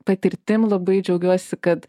patirtim labai džiaugiuosi kad